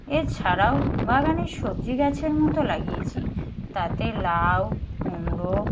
এছাড়াও বাগানে সবজি গাছের মতো লাগিয়েছি তাতে লাউ কুমড়ো